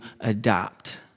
adopt